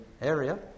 area